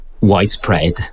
widespread